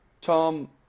Tom